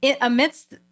amidst